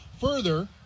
Further